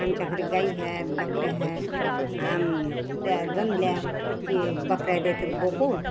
आमच्या घरी गाई आहेत बकऱ्या आहेत आणि त्या जनल्या की बकऱ्या देतात बोकड